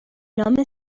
نام